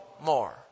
more